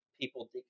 people